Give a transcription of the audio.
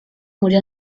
murió